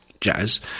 jazz